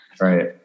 right